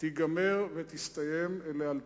תיגמר ותסתיים לאלתר.